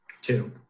two